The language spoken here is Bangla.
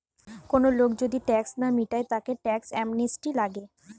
কোন লোক যদি ট্যাক্স না মিটায় তাকে ট্যাক্স অ্যামনেস্টি লাগে